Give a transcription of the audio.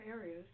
areas